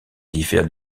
diffère